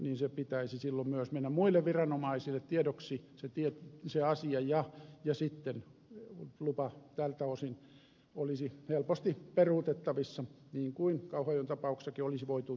sen pitäisi silloin myös mennä muille viranomaisille tiedoksi sen asian ja sitten lupa tältä osin olisi helposti peruutettavissa niin kuin kauhajoen tapauksessakin olisi voitu jo menetellä